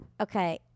Okay